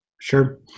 sure